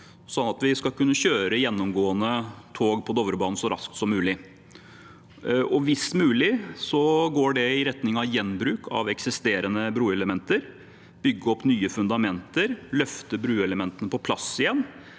sånn at vi skal kunne kjøre gjennomgående tog på Dovrebanen så raskt som mulig. Hvis mulig går det i retning av gjenbruk av eksisterende bruelementer samt å bygge opp nye fundamenter og løfte bruelementene på plass igjen.